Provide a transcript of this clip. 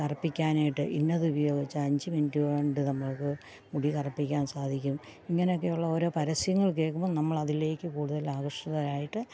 കറുപ്പിക്കാനായിട്ട് ഇന്നത് ഉപയോഗിച്ചാൽ അഞ്ച് മിനിറ്റുകൊണ്ട് നമുക്ക് മുടി കറുപ്പിക്കാന് സാധിക്കും ഇങ്ങനൊക്കെയുള്ള ഓരോ പരസ്യങ്ങള് കേൾക്കുമ്പം നമ്മളതിലേക്ക് കൂടുതല് ആകര്ഷിതരായിട്ട്